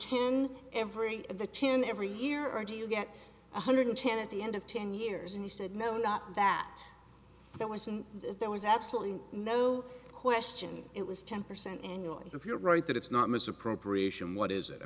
ten every the ten every year or do you get one hundred ten at the end of ten years and he said no not that that wasn't there was absolutely no question it was ten percent annually if you're right that it's not misappropriation what is it i